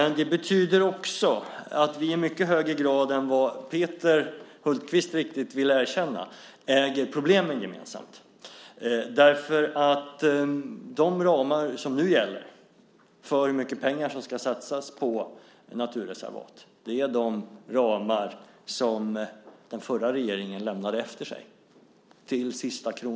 Det betyder också att vi i mycket högre grad än vad Peter Hultqvist riktigt vill erkänna äger problemen gemensamt. De ramar som nu gäller för hur mycket pengar som ska satsas på naturreservat är, till sista kronan, de ramar som den förra regeringen lämnade efter sig.